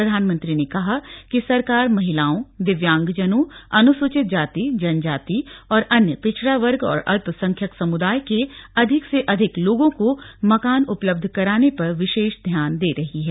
प्रधानमंत्री ने कहा कि सरकार महिलाओं दिव्यांगजनों अनुसूचित जाति जनजाति और अन्य पिछड़ा वर्ग और अल्पसंख्यक समुदाय के अधिक से अधिक लोगों को मकान उपलब्ध कराने पर विशेष ध्यान दे रही है